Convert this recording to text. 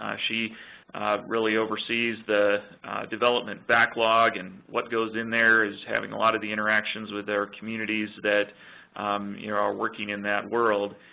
she really oversees the development backlog and what goes in there is having a lot of the interactions with our communities that you know are working in that world.